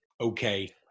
okay